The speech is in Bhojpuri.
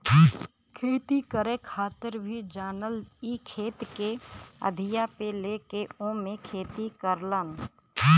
खेती करे खातिर भी जालन इ खेत के अधिया पे लेके ओमे खेती करलन